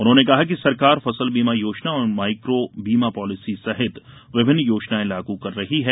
उन्होंने कहा कि सरकार फसल बीमा योजना और माइक्रो बीमा पॉलिसी सहित विभिन्न योजनाएं लागू कर रही है